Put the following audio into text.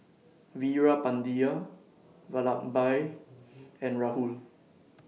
Veerapandiya Vallabhbhai and Rahul